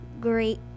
great